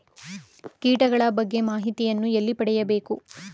ಕೀಟಗಳ ಬಗ್ಗೆ ಮಾಹಿತಿಯನ್ನು ಎಲ್ಲಿ ಪಡೆಯಬೇಕು?